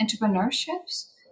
entrepreneurships